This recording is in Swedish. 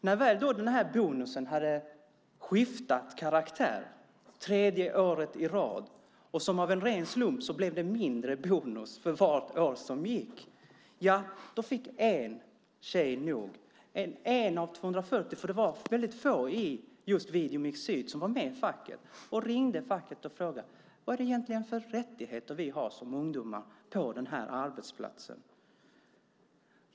När väl den här bonusen hade skiftat karaktär för tredje året i rad - och som av en ren slump blev det mindre bonus för varje år som gick - fick en tjej nog. Det var en av 240 anställda, för det var väldigt få i Videomix Syd som var med i facket. Hon ringde facket och frågade: Vad har vi egentligen för rättigheter som ungdomar på den här arbetsplatsen?